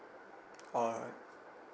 alright